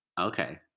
Okay